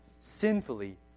sinfully